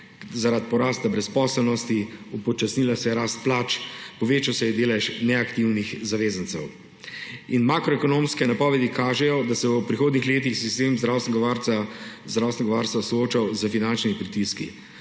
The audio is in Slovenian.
zaradi porasta brezposelnosti, upočasnila se je rast plač, povečal se je delež neaktivnih zavezancev. In makroekonomske napovedi kažejo, da se bo v prihodnjih letih sistem zdravstvenega varstva soočal s finančnimi pritiski.